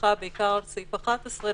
שמשליכה בעיקר על סעיף 11 אנחנו